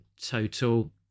total